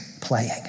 playing